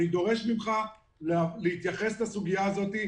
אני דורש ממך להתייחס לסוגיה הזאת.